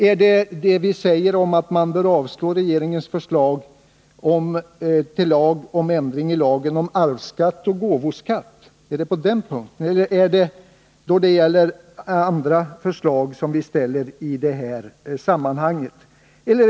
Är det att vi säger att man bör avslå regeringens förslag till lag om ändring i lagen om arvsskatt och gåvoskatt? Eller gäller det andra förslag som vi ställer i detta sammanhang?